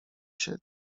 się